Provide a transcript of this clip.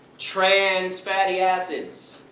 trans fatty acids.